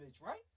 right